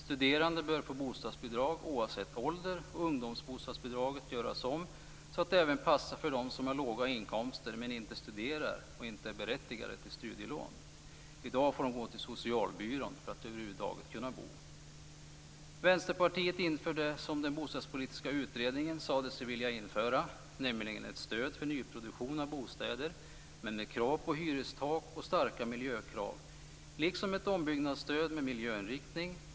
Studerande bör få bostadsbidrag oavsett ålder och ungdomsbostadsbidraget bör göras om så att det även passar för dem som har låga inkomster men inte studerar och inte är berättigade till studielån. I dag får de gå till socialbyrån för att över huvud taget kunna bo. Vänsterpartiet vill införa det som den bostadspolitiska utredningen sade sig vilja införa, nämligen ett stöd för nyproduktion av bostäder - men med krav på hyrestak och starka miljökrav. Vi vill också införa ett ombyggnadsstöd med miljöinriktning.